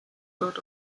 sort